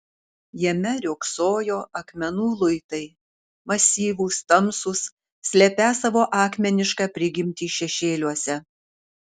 jame riogsojo akmenų luitai masyvūs tamsūs slepią savo akmenišką prigimtį šešėliuose